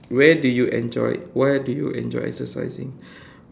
where did you enjoy where did you enjoy exercising